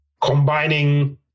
combining